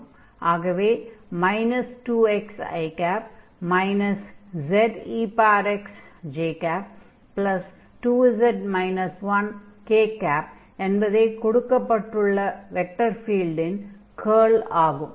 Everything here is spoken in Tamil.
ஆகவே 2 x i zexjk என்பதே கொடுக்கப்பட்டுள்ள வெக்டர் ஃபீல்டின் கர்ல் ஆகும்